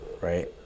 right